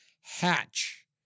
Hatch